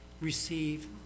receive